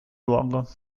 luogo